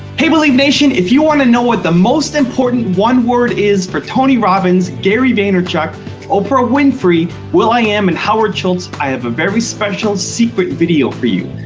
they, believe nation if you, want to know what the most important one word is for tony robbins gary vaynerchuk oprah winfrey will i am and howard schultz i have a very special secret video for you,